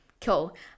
Cool